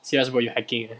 serious bro you hacking